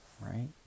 right